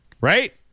right